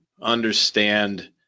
understand